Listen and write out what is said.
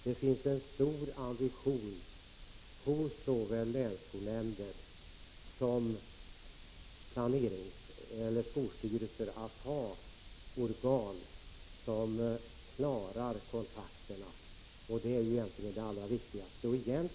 Det finns en stor ambition hos s il länsskolnämnder som skolstyrelser att ha organ som klarar kontakterna, och det är det allra viktigaste.